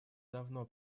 давно